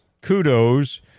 kudos